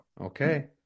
Okay